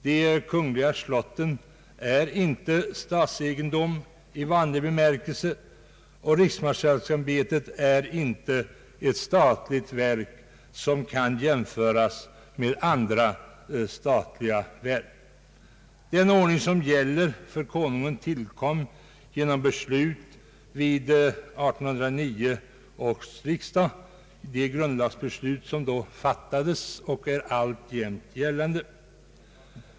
De kungliga slotten är inte statsegendom i vanlig bemärkelse, och riksmarskalksämbetet är inte ett statligt verk som kan jämföras med andra statliga verk. Den ordning som gäller för Konungen tillkom genom beslut vid 1809 års riksdag genom det grundlagsbeslut som då fattades och alltjämt är gällande.